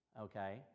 Okay